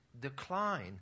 decline